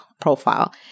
profile